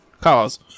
cars